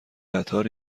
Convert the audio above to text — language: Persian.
قطار